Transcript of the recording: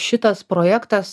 šitas projektas